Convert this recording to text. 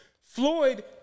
Floyd